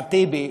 אחמד טיבי,